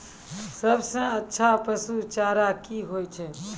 सबसे अच्छा पसु चारा की होय छै?